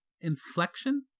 Inflection